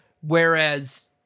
Whereas